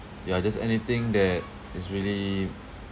ya just anything that is really